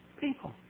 people